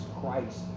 Christ